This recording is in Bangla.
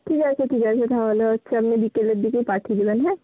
ঠিক আছে ঠিক আছে তাহলে হচ্ছে আপনি বিকেলের দিকেই পাঠিয়ে দেবেন হ্যাঁ